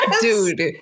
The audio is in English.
Dude